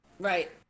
Right